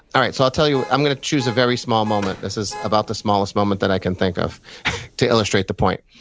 all right, so i'll tell you, i'm going to choose a very small moment. this is about the smallest moment that i can think of to illustrate the point.